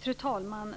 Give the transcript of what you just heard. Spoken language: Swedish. Fru talman!